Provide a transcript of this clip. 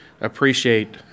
appreciate